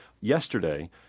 Yesterday